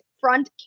front